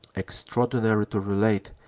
extraordinary to relate,